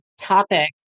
topic